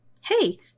Hey